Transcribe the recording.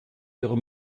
ihre